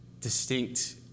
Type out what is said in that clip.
distinct